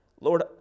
Lord